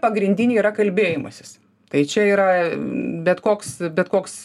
pagrindinė yra kalbėjimasis tai čia yra bet koks bet koks